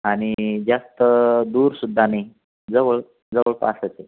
आणि जास्त दूरसुद्धा नाही जवळ जवळपासच आहे